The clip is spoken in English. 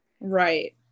Right